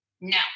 No